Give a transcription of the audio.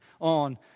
On